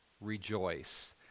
rejoice